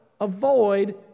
avoid